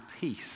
peace